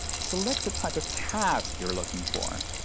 select the type of task you're looking for.